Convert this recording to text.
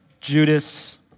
Judas